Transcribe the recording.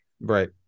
right